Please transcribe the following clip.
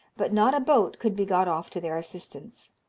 but not a boat could be got off to their assistance.